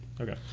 Okay